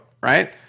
right